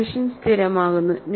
solution സ്ഥിരമാകുന്നു